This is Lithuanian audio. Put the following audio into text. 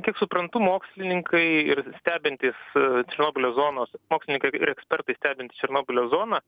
kiek suprantu mokslininkai ir stebintys černobylio zonos mokslininkai ir ekspertai stebintys černobylio zoną